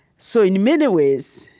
so in many ways,